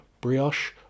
brioche